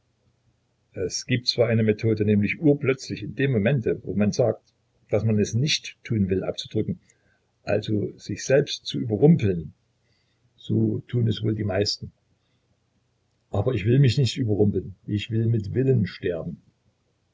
es gibt zwar eine methode nämlich urplötzlich in dem momente wo man sagt daß man es nicht tun will abzudrücken also sich selbst zu überrumpeln so tun wohl die meisten aber ich will mich nicht überrumpeln ich will mit willen sterben